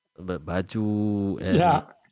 Baju